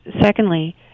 secondly